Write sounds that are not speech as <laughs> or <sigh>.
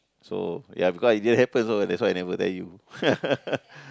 so ya because it didn't happen so that's why I never tell you <laughs>